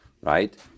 right